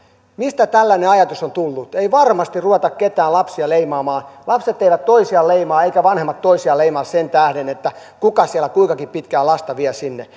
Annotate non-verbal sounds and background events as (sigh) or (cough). mistä tällainen ajatus on tullut ei varmasti ruveta ketään lapsia leimaamaan lapset eivät toisiaan leimaa eivätkä vanhemmat leimaa toisiaan sen tähden kuka siellä kuinkakin pitkään lasta vie sinne (unintelligible)